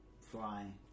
fly